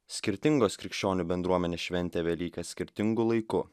skirtingos krikščionių bendruomenės šventė velykas skirtingu laiku